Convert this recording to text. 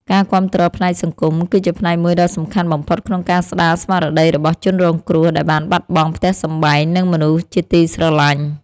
ការគាំទ្រផ្នែកសង្គម គឺជាផ្នែកមួយដ៏សំខាន់បំផុតក្នុងការស្តារស្មារតីរបស់ជនរងគ្រោះដែលបានបាត់បង់ផ្ទះសម្បែង និងមនុស្សជាទីស្រឡាញ់។